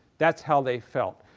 that's how they felt.